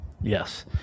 Yes